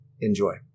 Enjoy